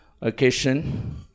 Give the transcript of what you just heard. occasion